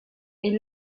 est